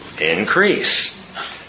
increase